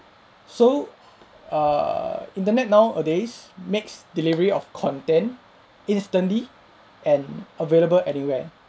so err internet nowadays makes delivery of content instantly and available anywhere